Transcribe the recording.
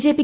JP